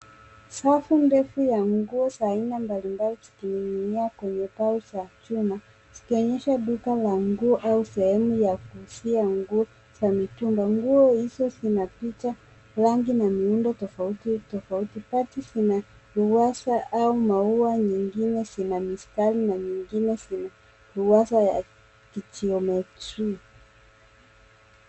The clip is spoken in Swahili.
Safu ndefu ya nguo za aina mbali mbali zikining'inia kwenye mbao za chuma, zikionyesha duka la nguo au sehemu ya kuuzia za mitumba. Nguo hizo zina picha, rangi na miundo tofauti tofauti. Bati zina uwaza au maua nyingine zina mistari na nyingine zina uwaza ya kigiometri .